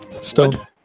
Stone